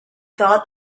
thought